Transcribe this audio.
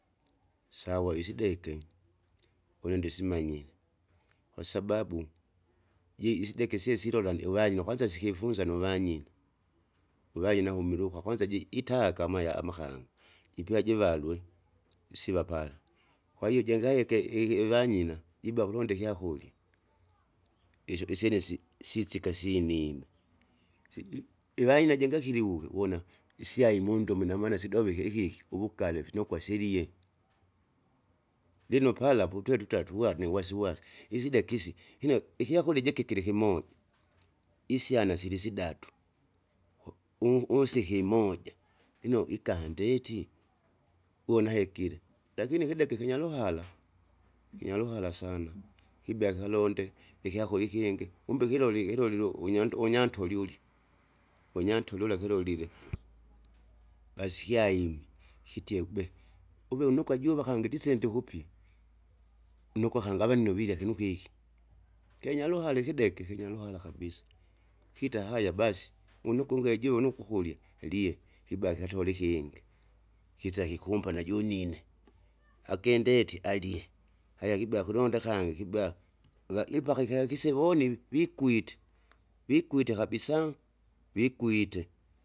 Sawa isideke, ulindisimanyire, kwasababu, ji- isideke sisilolande uvanya kwanza sikifunza nuvanyi, uvanyi nakumiluka kwanza ji- itaka amaya amakanga, jipya jivalue, isiva pala. Kwahiyo jingayeke iki- ivanyina, jiba ukulonda kulonda ikyakurya, isyo isyene si- sisika sinime, si- ivaina jingakiliwuke uwona isyai mundomo inamana sidovike ikiki, uvugale finokwa siilie. Lino pala potwetuta tuwa niwasiwasi, isideki isi, ine ikyakurya jikile ikimoja, isyana silisidatu, u- unsiki imoja lino ikandeti? uwona hekile, lakini ikideke kinyaruhala, kinyaruhaa sana, ibea ikalonde, ikyakurya ikingi, kumbe ikiloli kilolile unyandi- unyantoli uli. Unyantoli ula kilolile, basi kyaimi, kitie ube, uve unukwa juva kangi ndise ndikupie, nokwa kangi avanino virya kinu kiki. Kyanyaruhara ikideke kinyaruhala kabisa, kita haya basi, unukungie june ukukurya lie, ibea kyatole ikingi, kisa kikumbona junine, akandetie alie, alia kibea kulonda akangi kiba, iga ipaka ikya kisivoni vikwite, vikwite kabisa! vikwite.